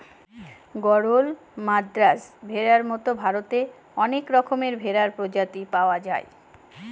গরল, মাদ্রাজ ভেড়ার মতো ভারতে অনেক রকমের ভেড়ার প্রজাতি পাওয়া যায়